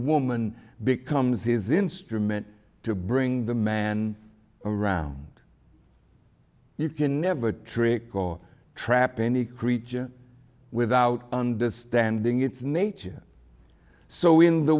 woman becomes is instrument to bring the man around you can never trick or trap any creature without understanding its nature so in the